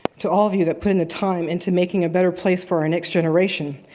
to all of you that put in the time into making a better place for our next generation.